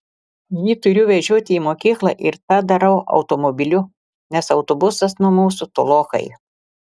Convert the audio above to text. jį turiu vežioti į mokyklą ir tą darau automobiliu nes autobusas nuo mūsų tolokai